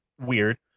weird